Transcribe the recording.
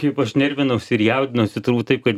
kaip aš nervinausi ir jaudinausi turbūt taip kad